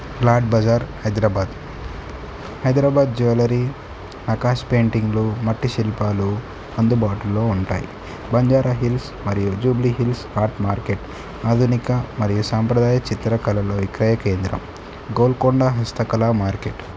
plot బజార్ Hyderabad Hyderabad jewellery ఆకాష్ పెయింటింగ్లు మట్టి శిల్పాలు అందుబాటులో ఉంటాయి బంజారాహిల్స్ మరియు జూబ్లీహిల్స్ ఆర్ట్ మార్కెట్ ఆధునిక మరియు సాంప్రదాయ చిత్రకళలు విక్రయ కేంద్రం గోల్కొండ హస్తకళ మార్కెట్